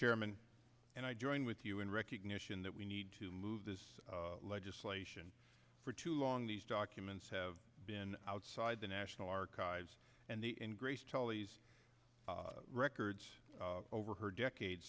chairman and i join with you in recognition that we need to move this legislation for too long these documents have been outside the national archives and they and grace teles records over her decades